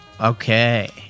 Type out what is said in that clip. Okay